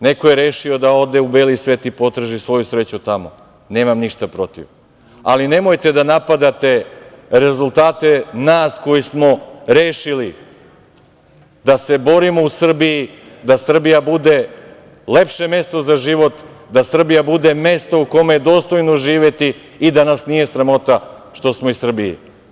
Neko je rešio da ode u beli svet i potraži svoju sreću tamo, nemam ništa protiv, ali nemojte da napadate rezultate nas koji smo rešili da se borimo u Srbiji da Srbija bude lepše mesto za život, da Srbija bude mesto u kome je dostojno živeti i da nas nije sramota što smo iz Srbije.